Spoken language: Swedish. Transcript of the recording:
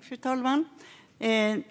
Fru talman!